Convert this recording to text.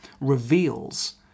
reveals